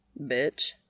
Bitch